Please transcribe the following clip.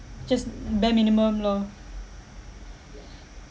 just bare minimum lor